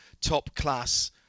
top-class